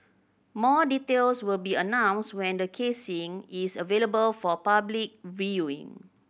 more details will be announced when the casing is available for public viewing